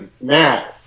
Now